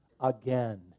again